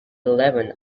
eleven